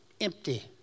empty